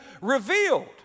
revealed